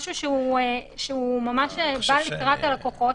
משהו שהוא ממש בא לקראת הלקוחות.